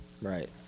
Right